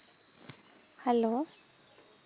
hello